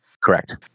Correct